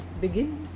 begin